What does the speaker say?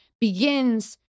begins